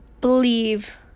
believe